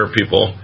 people